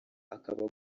akaba